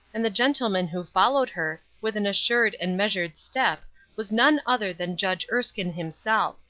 and the gentleman who followed her with an assured and measured step was none other than judge erskine himself.